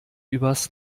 übers